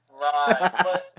Right